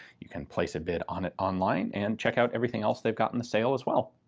you can place a bid on it on-line and check out everything else they've got in the sale as well.